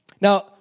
Now